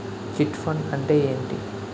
Chit fund అంటే ఏంటి?